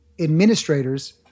administrators